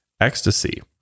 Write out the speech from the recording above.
ecstasy